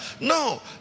No